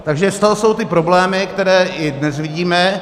Takže z toho jsou ty problémy, které i dnes vidíme.